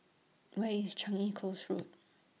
Where IS Changi Coast Road